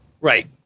Right